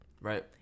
Right